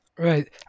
Right